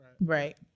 right